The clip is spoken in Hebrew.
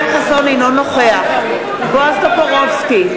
אינו נוכח בועז טופורובסקי,